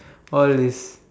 all is